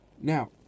now